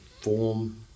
form